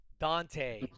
Dante